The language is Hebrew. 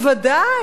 אמרתי: איפה?